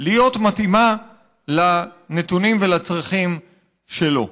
להיות מתאימה לנתונים ולצרכים שלו.